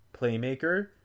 playmaker